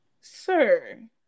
Sir